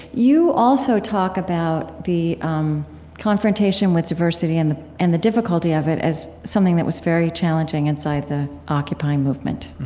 you also talk about the um confrontation with diversity and the and the difficulty of it as something that was very challenging inside the occupy movement